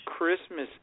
Christmas